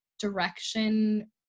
direction